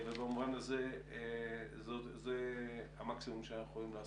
ובמובן הזה, זה המקסימום שאנחנו יכולים לעשות.